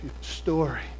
story